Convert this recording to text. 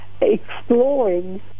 exploring